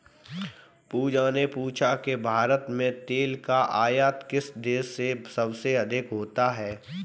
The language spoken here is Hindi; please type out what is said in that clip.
पूजा ने पूछा कि भारत में तेल का आयात किस देश से सबसे अधिक होता है?